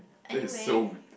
that is so ridic~